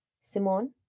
Simone